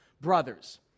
Brothers